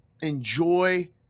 enjoy